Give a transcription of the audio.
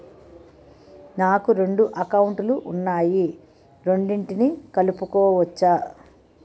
నాకు రెండు అకౌంట్ లు ఉన్నాయి రెండిటినీ కలుపుకోవచ్చా?